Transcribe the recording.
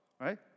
right